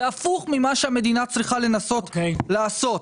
זה הפוך ממה שהמדינה צריכה לנסות לעשות.